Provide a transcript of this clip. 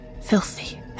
filthy